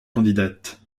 candidates